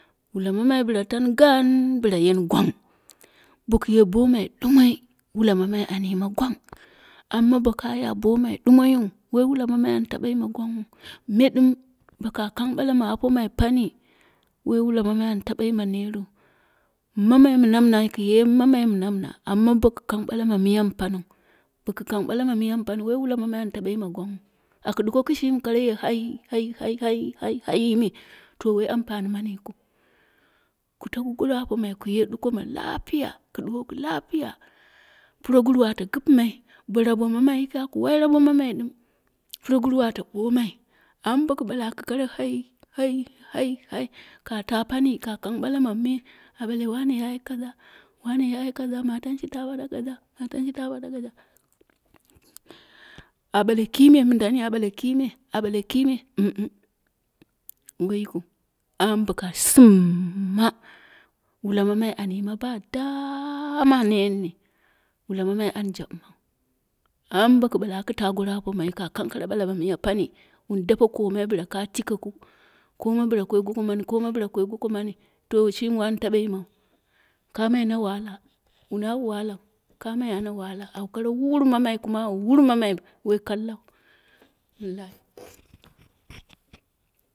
Wula mamai bla tan gan bla yeni gwang. Boku ye bomai dumoi wula mamai an yima gwang. Amma boka ya bomai dumoi wu woi wula mamai an taba yima gwangwu me. Dim boka kang bala ma apomai pani woi wula mamai an taɓa yime netru. Mamai mi namna, ku ye mammai mi kamna amma boku bala ma miya mi pariu. Bo ku kang bala ma miya mi pani wo wula mamai an taba yima gwangwu aku duko kishimi kara ye hai hai hai hai hai hai hai me to woi wmpani mani yikal. Ka taku goro apomai ku ye duko ma lapiya ku duwoku lapiya, puroguru ate gipimai bo rabo mamai yiki aku wai rabo mamai dum. Puroguru ate ɓomai. Amma boku bale aku koro hai hai hai hai ka ta pani ka kan ɓala ma me. A bale wane yayi koza, wane yayi kaza, matanshi ta fada kaza, matanshi ta fada kaza. A ɓale kime mindani a bale kime, a bale kime woi yikiu. Amma boka simma wula mamai an yima ba dama netni. Wula mamai an jabimau. Amma boku bale aku ta goro apomaiwu, kan kama kare bala ma miya pani, wun dape komai bla ka tikeku koma bla koi goko mani, koma nbla kai goko mani. To shimi wan taba yimau, kamai na wahala, wuni au wahalau, kamai ana wahala, au koro wurmamai kuma au wurmamai woi kallau, wallahi.